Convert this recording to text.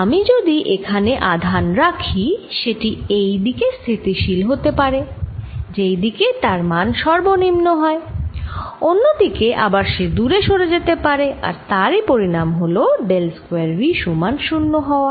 আমি যদি এখানে একটি আধান রাখি সেটি এই দিকে স্থিতিশীল হতে পারে যেই দিকে তার মান সর্বনিম্ন হয় অন্য দিকে আবার সে দূরে সরে যেতে পারে আর তারই পরিণাম হল ডেল স্কয়ার V সমান 0 হওয়া